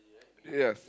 yes